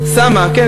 כן,